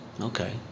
Okay